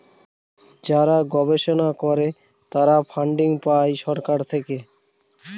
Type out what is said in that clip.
যারা গবেষণা করে তারা ফান্ডিং পাই সরকার থেকে